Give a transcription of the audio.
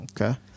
Okay